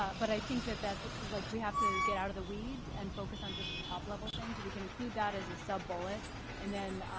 but i think that that's. like we have to get out of the weeds and focus on just the top level things. so we can include that as a sub-bullet and then